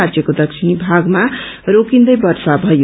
राज्यको दक्षिणी भागमा रोकिन्दै वर्षा भया